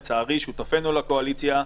לצערי שותפינו לקואליציה,